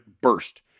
burst